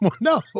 No